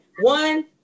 One